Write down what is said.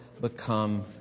become